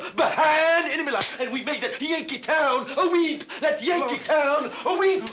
behind enemy lines. and we make that yankee town ah weep! that yankee town weep!